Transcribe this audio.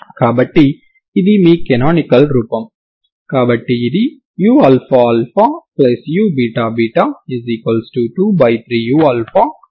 కాబట్టి ఇది మీ కనానికల్ రూపం కాబట్టి ఇది uααuββ23u23u అవుతుంది